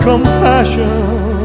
compassion